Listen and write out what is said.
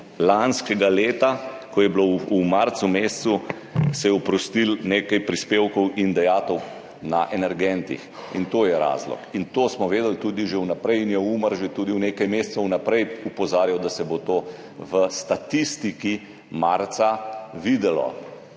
lanskega leta, ko se je v marcu mesecu oprostilo nekaj prispevkov in dajatev na energentih, in to je razlog in to smo vedeli tudi že v naprej in je Umar že tudi nekaj mesecev vnaprej opozarjal, da se bo to v statistiki marca videlo.